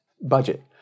budget